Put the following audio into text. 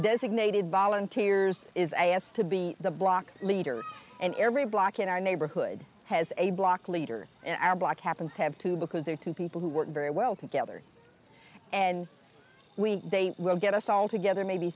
designated volunteers is asked to be the block leader and every block in our neighborhood has a block leader and our block happens have to because they are two people who work very well together and we they will get us all together maybe